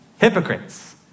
hypocrites